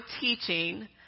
teaching